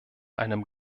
einem